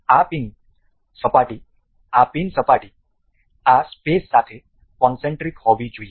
અને આ પિન સપાટી આ સ્પેસ સાથે કોનસેન્ટ્રિક હોવી જોઈએ